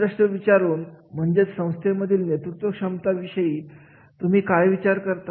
असे प्रश्न विचारून म्हणजेच संस्थेतील नेतृत्व क्षमता विषयी तुम्ही काय विचार करता